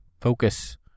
focus